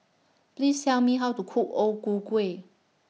Please Tell Me How to Cook O Ku Kueh